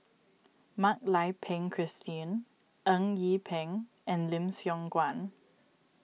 Mak Lai Peng Christine Eng Yee Peng and Lim Siong Guan